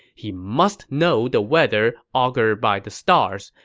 he must know the weather augured by the stars.